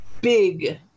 big